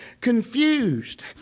confused